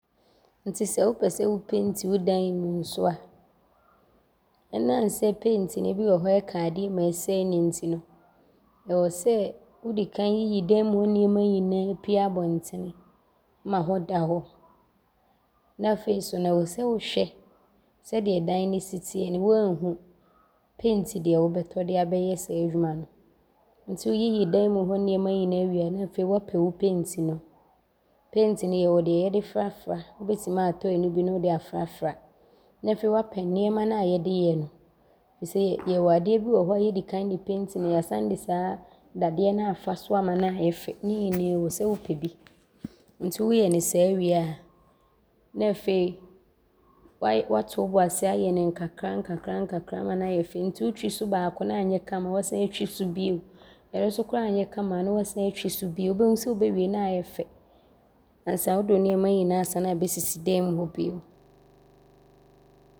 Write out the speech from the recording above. Nti sɛ wopɛ sɛ wopenti wo dane mu so a, ɔnam sɛ penti no bi wɔ hɔ a ɔka adeɛ mu a, ɔsɛe no nti no, ɔwɔ sɛ wodi kan yiyi dane mu hɔ nnoɔma nyinaa pie abɔntene ma hɔ da hɔ ne afei so no, ɔwɔ sɛ wohwɛ sɛdeɛ dane no si teɛ ne woaahu penti deɛ wobɛtɔ de abɛyɛ saa adwuma no. Nti woyiyi dane mu hɔ nnoɔma nyinaa wie a ne afei woapɛ wo penti no. Penti no, yɛwɔ deɛ yɛde afrafra. Wobɛtim aatɔ ɔno bi ne wode afrafra. Na afei woapɛ nnoɔma no a yɛde yɛ no, firi sɛ yɛwɔ adeɛ bi wɔ hɔ a yɛdi kan de penti ne yɛasane de saa dadeɛ no aafa so ama no ayɛ fɛ. Ne nyinaa ɔwɔ sɛ wopɛ bi. Nti woyɛ ne saa wie a, ne afei woato wo bo ase ayɛ ne nkakrankakra ama no ayɛ fɛ nti wotwi so baako ne anyɛ kama a, ne woasane atwi so bio. Ɔno so koraa anyɛ kama a, ne woasane atwi so bio. Wo deɛ wobɛhu sɛ wobɛwie ne aayɛ fɛ ansa wode wo nnoɔma nyinaa aasane abɛsisi hɔ dane mu hɔ bio.